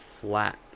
flat